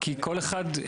כי כל אחד,